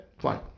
fine